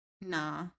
Nah